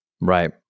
Right